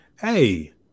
hey